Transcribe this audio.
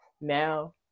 now